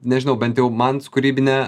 nežinau bent jau man su kūrybine